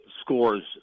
scores